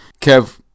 Kev